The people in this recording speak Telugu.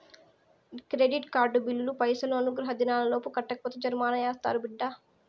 కెడిట్ కార్డు బిల్లులు పైసలు అనుగ్రహ దినాలలోపు కట్టకపోతే జరిమానా యాస్తారు బిడ్డా